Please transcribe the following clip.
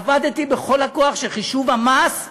עבדתי בכל הכוח שחישוב המס יופרד,